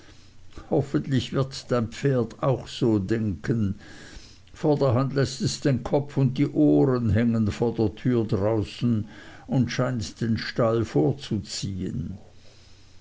hoffentlich wird dein pferd auch so denken vorderhand läßt es den kopf und die ohren hängen vor der tür draußen und scheint den stall vorzuziehen